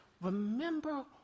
remember